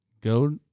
Go